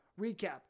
recap